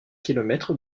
kilomètres